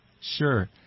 Sure